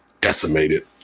decimated